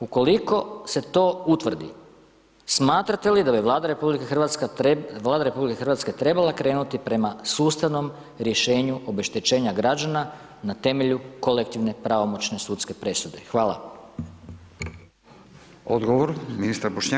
Ukoliko se to utvrdi, smatrate li da bi Vlada RH trebala krenuti prema sustavnom rješenju obeštećenja građana na temelju kolektivne pravomoćne sudske presude Hvala.